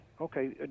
Okay